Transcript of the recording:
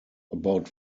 about